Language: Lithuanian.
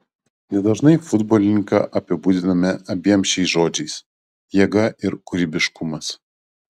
nedažnai futbolininką apibūdiname abiem šiais žodžiais jėga ir kūrybiškumas